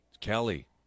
Kelly